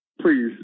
please